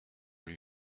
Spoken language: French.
lui